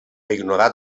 ignora